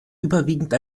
überwiegend